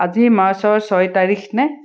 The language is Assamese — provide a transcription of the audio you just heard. আজি মাৰ্চৰ ছয় তাৰিখনে